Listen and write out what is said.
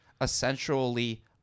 essentially